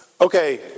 Okay